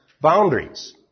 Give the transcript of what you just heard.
boundaries